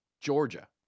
Georgia